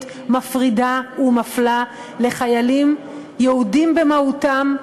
מפרידה ומפלה לחיילים יהודים במהותם,